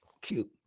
Cute